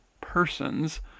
persons